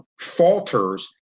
falters